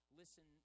listen